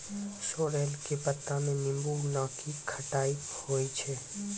sorrel के पत्ता मॅ नींबू नाकी खट्टाई होय छै